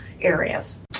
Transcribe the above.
areas